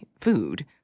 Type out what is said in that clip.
food